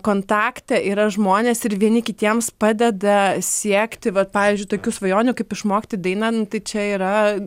kontakte yra žmonės ir vieni kitiems padeda siekti vat pavyzdžiui tokių svajonių kaip išmokti dainą nu tai čia yra